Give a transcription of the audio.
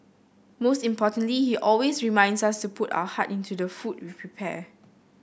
most importantly he always reminds us to put our heart into the food we prepare